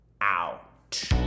out